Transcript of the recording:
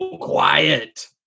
Quiet